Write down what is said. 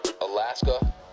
Alaska